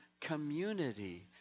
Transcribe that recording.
community